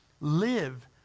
live